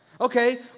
Okay